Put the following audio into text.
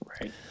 Right